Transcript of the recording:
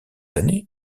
années